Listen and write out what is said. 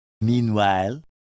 Meanwhile